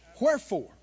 Wherefore